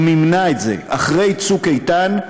ומימנה את זה אחרי צוק איתן,